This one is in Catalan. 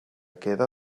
queda